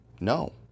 No